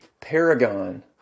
paragon